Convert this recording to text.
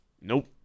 nope